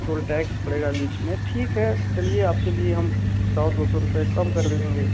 toll tax पड़ेगा बीच में ठीक है चलिए आप के लिए हम सौ दो सौ रुपये कम कर देंगे भाई